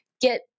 get